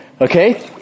Okay